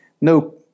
no